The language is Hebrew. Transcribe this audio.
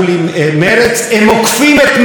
ממש ככה,